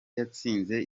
yatsinze